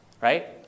right